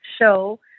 show